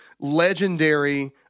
legendary